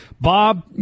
Bob